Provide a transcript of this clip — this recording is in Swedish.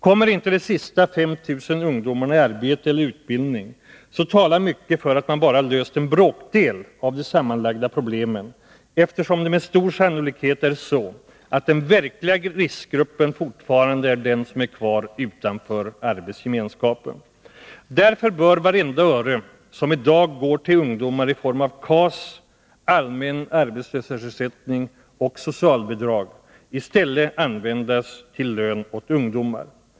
Får inte de sista 5 000 ungdomarna arbete eller utbildning, talar mycket för att man bara har löst en bråkdel av de sammanlagda problemen, eftersom det med stor sannolikhet är så, att den verkliga riskgruppen fortfarande är de ungdomar som är kvar utanför arbetsgemenskapen. Därför bör vartenda öre som i dag går till ungdomar i form av KAS, allmän arbetslöshetsersättning och socialbidrag i stället användas till lön åt ungdomar.